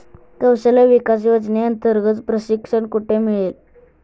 कौशल्य विकास योजनेअंतर्गत प्रशिक्षण कुठे मिळेल?